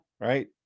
right